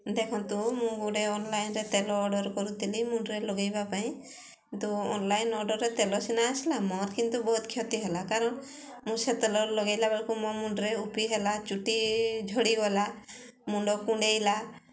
ଦେଖନ୍ତୁ ମୁଁ ଗୋଟେ ଅନଲାଇନ୍ରେ ତେଲ ଅର୍ଡ଼ର୍ କରୁଥିଲି ମୁଣ୍ଡରେ ଲଗେଇବା ପାଇଁ କିନ୍ତୁ ଅନଲାଇନ୍ ଅର୍ଡ଼ର୍ରେ ତେଲ ସିନା ଆସିଲା ମୋର କିନ୍ତୁ ବହୁତ କ୍ଷତି ହେଲା କାରଣ ମୁଁ ସେ ତେଲ ଲଗେଇଲା ବେଳକୁ ମୋ ମୁଣ୍ଡରେ ରୁପି ହେଲା ଚୁଟି ଝଡ଼ିଗଲା ମୁଣ୍ଡ କୁଣ୍ଡେଇଲା